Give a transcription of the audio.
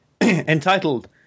Entitled